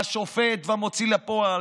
השופט והמוציא לפועל.